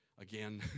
again